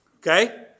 Okay